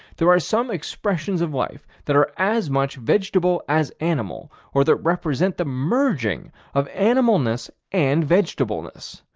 there are some expressions of life that are as much vegetable as animal, or that represent the merging of animalness and vegetableness.